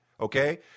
okay